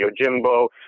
Yojimbo